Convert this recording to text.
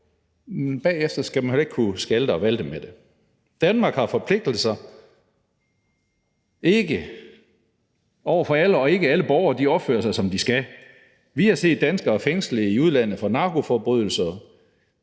og bagefter skal man heller ikke kunne skalte og valte med det. Danmark har forpligtelser, ikke over for alle, og ikke alle borgere opfører sig, som de skal. Vi har set danskere fængslet i udlandet for narkoforbrydelser,